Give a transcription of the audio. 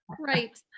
Right